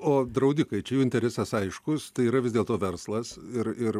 o draudikai čia jų interesas aiškus tai yra vis dėlto verslas ir ir